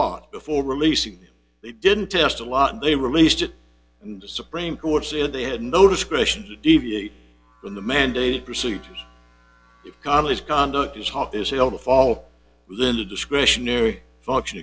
on before releasing they didn't test a lot they released it and the supreme court said they had no discretion to deviate from the mandated procedures connally's conduct is hot is a hell of a fall linda discretionary function